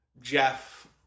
Jeff